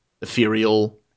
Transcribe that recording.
Ethereal